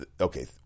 okay